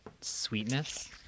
sweetness